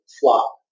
flop